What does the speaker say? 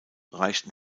reichten